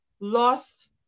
lost